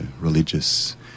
religious